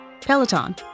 Peloton